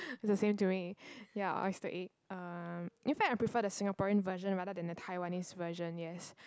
it's the same to me ya oyster egg um in fact I prefer the Singaporean version rather than the Taiwanese version yes